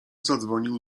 zadzwonił